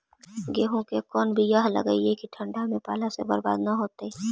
गेहूं के कोन बियाह लगइयै कि ठंडा में पाला से बरबाद न होतै?